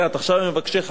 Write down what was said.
ועכשיו הם מבקשי חיים.